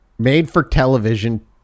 Made-for-television